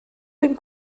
sün